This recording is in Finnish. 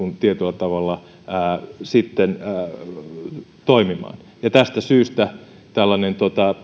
tietyllä tavalla toimimaan ja tästä syystä tällainen